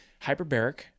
Hyperbaric